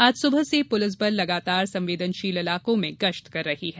आज सुबह से पुलिस बल लगातार संवेदनशील इलाको में गश्त कर रही है